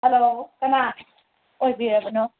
hello ꯀꯅꯥ ꯑꯣꯏꯕꯤꯔꯕꯅꯣ